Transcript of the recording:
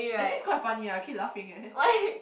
actually is quite funny ah I keep laughing leh